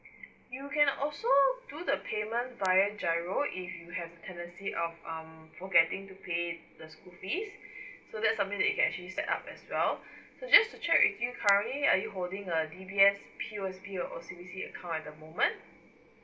you can also do the payment via GIRO you have the tendency of um forgetting to pay the school fees so that's something that you can actually set up as well so just to check with you currently are you holding a D_B_S P_O_S_B or O_C_B_C account at the moment